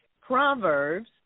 Proverbs